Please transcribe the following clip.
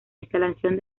instalación